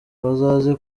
bazaze